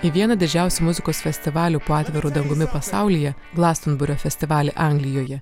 į vieną didžiausių muzikos festivalių po atviru dangumi pasaulyje glastonberio festivalį anglijoje